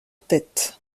tête